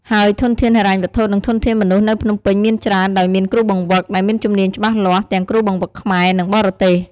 ហើយធនធានហិរញ្ញវត្ថុ និងធនធានមនុស្សនៅភ្នំពេញមានច្រើន ដោយមាន គ្រូបង្វឹក ដែលមានជំនាញច្បាស់លាស់ ទាំងគ្រូបង្វឹកខ្មែរ និងបរទេស។